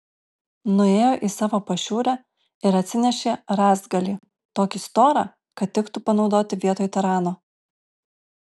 nuėjo į savo pašiūrę ir atsinešė rąstgalį tokį storą kad tiktų panaudoti vietoj tarano